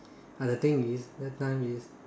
but the thing is that time is